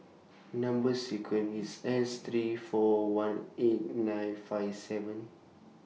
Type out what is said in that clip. Number sequence IS S three four one eight nine five seven